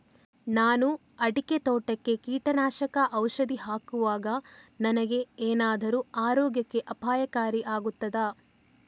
ನಾನು ಅಡಿಕೆ ತೋಟಕ್ಕೆ ಕೀಟನಾಶಕ ಔಷಧಿ ಹಾಕುವಾಗ ನನಗೆ ಏನಾದರೂ ಆರೋಗ್ಯಕ್ಕೆ ಅಪಾಯಕಾರಿ ಆಗುತ್ತದಾ?